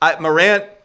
Morant